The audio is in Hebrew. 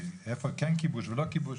איפה כן כיבוש ולא כיבוש.